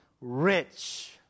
rich